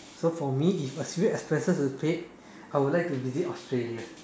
so for me if assuming expenses is paid I would like to visit Australia